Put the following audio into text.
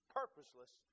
purposeless